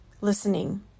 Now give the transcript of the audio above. listening